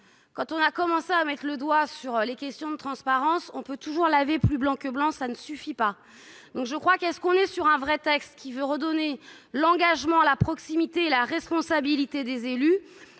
quand on a commencé à mettre le doigt sur les questions de transparence, on peut toujours laver plus blanc que blanc, ça ne suffit pas, donc je crois qu'est ce qu'on est sur un vrai texte qui veut redonner l'engagement, la proximité et la responsabilité des élus